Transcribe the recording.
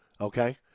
okay